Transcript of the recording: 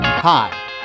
Hi